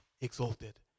exalted